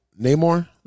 Namor